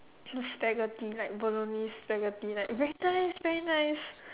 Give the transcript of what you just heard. just spaghetti like bolognese spaghetti like very nice very nice